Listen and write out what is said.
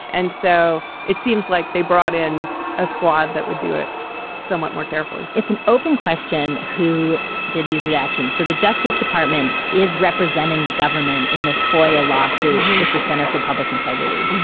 and so it seems like they brought in a squad that would do it somewhat more carefully it's an open question, who did these redactions? so the justice department is representing the government in this foi lawsuit with the center for public integrity.